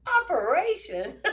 operation